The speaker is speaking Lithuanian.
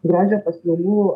grožio paslaugų